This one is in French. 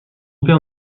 père